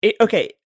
Okay